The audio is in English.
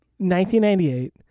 1998